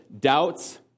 Doubts